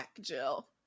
Jill